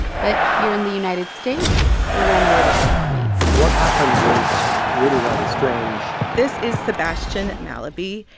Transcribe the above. but here in the united states, it went a little differently what happened was really rather strange this is sebastian mallaby.